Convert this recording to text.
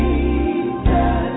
Jesus